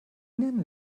nennen